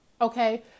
Okay